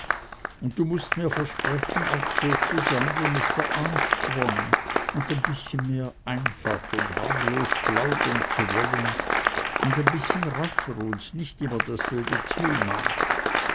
und du mußt mir versprechen auch so zu sein wie mister armstrong und ein bißchen mehr einfach und harmlos plaudern zu wollen und ein bißchen rascher und nicht immer dasselbe thema